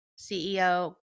CEO